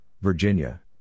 Virginia